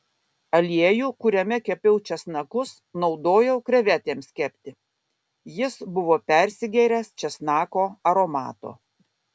aliejų kuriame kepiau česnakus naudojau krevetėms kepti jis buvo persigėręs česnako aromato